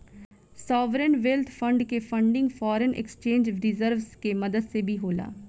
sovereign wealth fund के funding foreign exchange reserves के मदद से भी होला